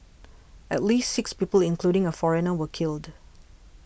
at least six people including a foreigner were killed